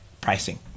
pricing